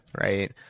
Right